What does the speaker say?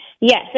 Yes